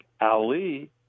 Ali